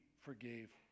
forgave